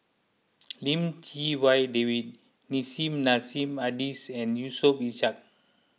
Lim Chee Wai David Nissim Nassim Adis and Yusof Ishak